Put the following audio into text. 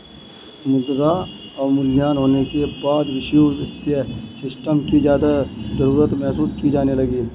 मुद्रा अवमूल्यन होने के बाद वैश्विक वित्तीय सिस्टम की ज्यादा जरूरत महसूस की जाने लगी